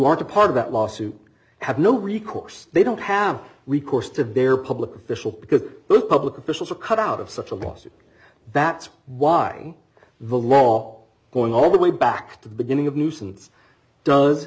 aren't a part of that lawsuit have no recourse they don't have recourse to bare public officials because public officials are cut out of such a lawsuit that's why the law going all the way back to the beginning of nuisance does